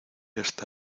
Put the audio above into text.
esta